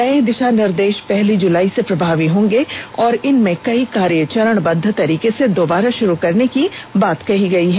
नए दिशा निर्देश पहली जुलाई से प्रभावी होंगे और इनमें कई कार्य चरणबद्व तरीके से दोबारा शुरु करने की बात कही गई है